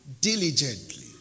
Diligently